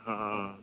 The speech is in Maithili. हँ